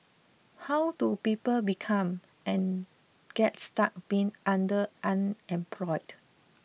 how do people become and get stuck being under unemployed